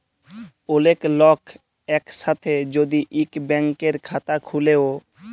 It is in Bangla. ওলেক লক এক সাথে যদি ইক ব্যাংকের খাতা খুলে ও